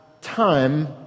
time